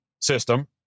system